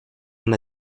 and